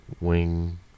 wing